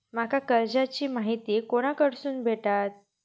माका कर्जाची माहिती कोणाकडसून भेटात?